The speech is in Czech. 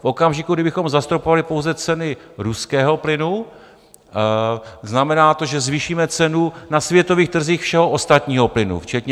V okamžiku, kdy bychom zastropovali pouze ceny ruského plynu, znamená to, že zvýšíme cenu na světových trzích všeho ostatního plynu včetně LNG.